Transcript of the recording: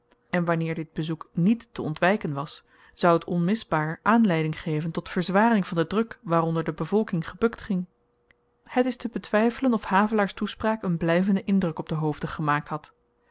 en wanneer dit bezoek niet te ontwyken was zou t onmisbaar aanleiding geven tot verzwaring van den druk waaronder de bevolking gebukt ging het is te betwyfelen of havelaars toespraak een blyvenden indruk op de hoofden gemaakt had